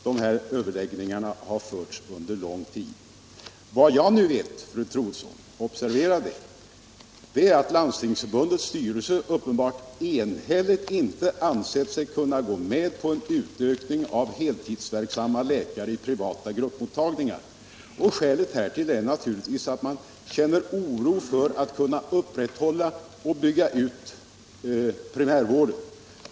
De här överläggningarna har förts under lång tid. Enligt vad jag nu vet, fru Troedsson, har Landstingsförbundets styrelse uppenbarligen enhälligt inte ansett sig kunna gå med på en utökning av antalet heltidsverksamma läkare i privata gruppmottagningar. Skälet härtill är naturligtvis att man känner oro för hur man skall kunna upprätthålla och bygga ut primärvården.